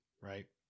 right